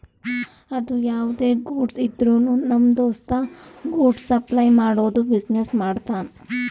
ಅದು ಯಾವ್ದೇ ಗೂಡ್ಸ್ ಇದ್ರುನು ನಮ್ ದೋಸ್ತ ಗೂಡ್ಸ್ ಸಪ್ಲೈ ಮಾಡದು ಬಿಸಿನೆಸ್ ಮಾಡ್ತಾನ್